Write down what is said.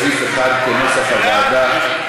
סעיף 1, כנוסח הוועדה.